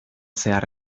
zehar